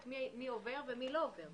מי עובר ומי לא עובר.